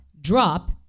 drop